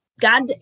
God